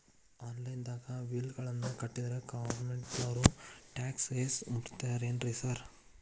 Online ದಾಗ bill ಗಳನ್ನಾ ಕಟ್ಟದ್ರೆ ಗೋರ್ಮೆಂಟಿನೋರ್ ಟ್ಯಾಕ್ಸ್ ಗೇಸ್ ಮುರೇತಾರೆನ್ರಿ ಸಾರ್?